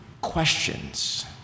questions